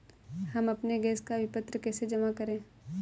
हम अपने गैस का विपत्र कैसे जमा करें?